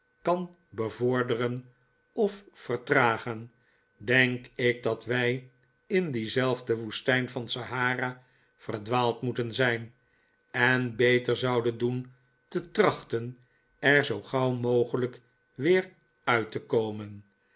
kan bevorderen of vertragen denk ik dat wij in diezelfde woestijn van sahara verdwaald moeten zijn en beter zouden doen te trachten er zoo gauw mogelijk weer uit te komen